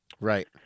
right